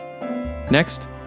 Next